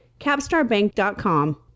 capstarbank.com